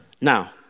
Now